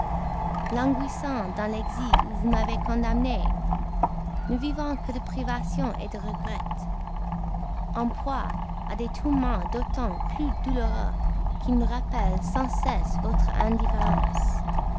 languissant dans l'exil où vous m'avez condamné ne vivant que de privations de regrets en proie à des tourments d'autant plus douloureux qu'ils me rappellent sans cesse votre indifférence